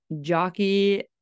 jockey